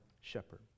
shepherd